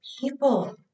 People